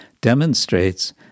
demonstrates